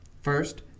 first